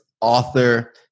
author